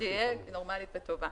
שאנחנו מייחלים לה, שתהיה נורמלית וטובה.